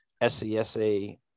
SCSA